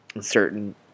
Certain